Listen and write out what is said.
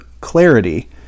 clarity